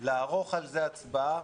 לקיים על זה הצבעה